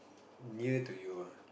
near to you ah